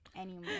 anymore